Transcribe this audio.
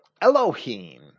Elohim